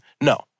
No